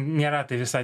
nėra tai visai